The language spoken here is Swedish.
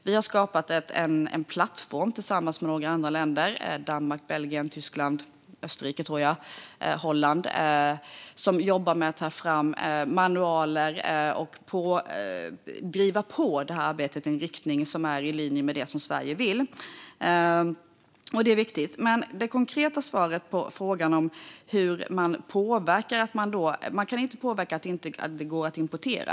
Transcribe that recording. Vi har skapat en plattform tillsammans med några andra länder - Danmark, Belgien, Tyskland, Österrike, tror jag, och Holland. Där jobbar man med att ta fram manualer och att driva på detta arbete i en riktning som är i linje med det som Sverige vill. Det är viktigt. Men det konkreta svaret på frågan om hur man påverkar är att man inte kan påverka så att det inte går att importera.